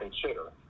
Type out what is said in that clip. consider